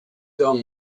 done